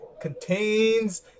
Contains